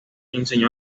enseñó